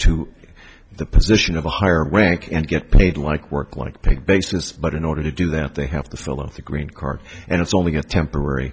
to the position of a higher rank and get paid like work like pay basis but in order to do that they have to follow the green card and it's only a temporary